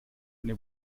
eine